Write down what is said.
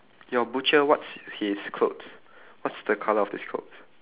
your butcher what's his clothes what's the colour of his clothes